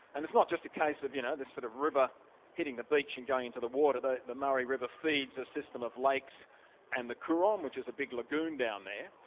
and it's not just a case of you know the sort of river hitting the beach and going into the water. the the murray river feeds a system of lakes and the coorong, which is a big lagoon down there.